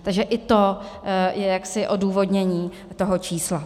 Takže i to je jaksi odůvodnění toho čísla.